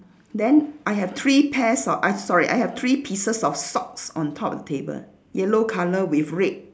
then I have three pairs of uh sorry I have three pieces of socks on top the table yellow colour with red